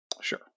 Sure